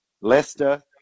Leicester